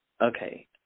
Okay